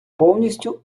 повністю